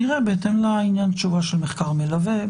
נראה בהתאם לתשובה בעניין המחקר המלווה.